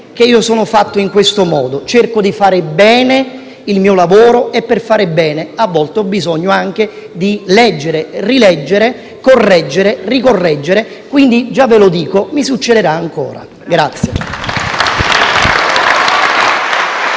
che sono fatto in questo modo. Cerco di fare bene il mio lavoro e, per fare bene, a volte ho bisogno anche di leggere, rileggere, correggere, ricorreggere. E, quindi, già vi dico che mi succederà ancora.